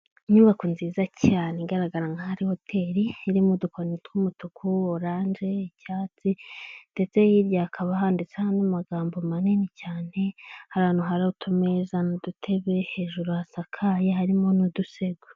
Inyubako nziza cyane igaragara nkaho ari hoteri, irimo udukoni tw'umutuku, oranje icyatsi, ndetse hirya hakaba handitseho n'amagambo manini cyane, hari ahantu hari utumeza n'udutebe hejuru hasakaye harimo n'udusego.